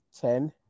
Ten